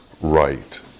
right